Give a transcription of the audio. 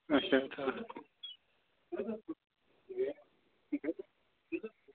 اَچھا ٹھہر